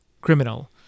criminal